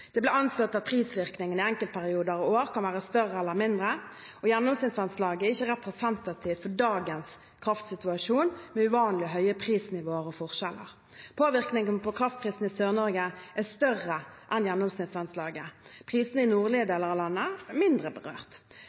Det ble anslått at prisvirkningene i enkeltperioder og -år kan være større eller mindre. Gjennomsnittsanslaget er ikke representativt for dagens kraftsituasjon, med uvanlig høye prisnivåer og -forskjeller. Påvirkningene på kraftprisene i Sør-Norge er større enn gjennomsnittsanslaget. Prisene i nordlige deler av landet er mindre berørt.